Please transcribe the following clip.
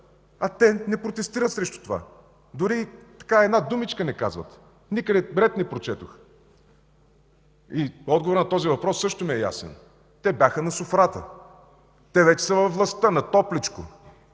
а те не протестират срещу това! Дори една думичка не казват, никъде ред не прочетох. Отговорът на този въпрос също ми е ясен – те бяха на софрата, те вече са във властта, на топличко.